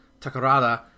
takarada